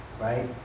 right